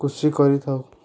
କୃଷି କରିଥାଉ